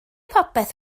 popeth